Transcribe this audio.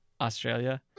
Australia